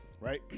right